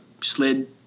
slid